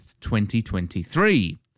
2023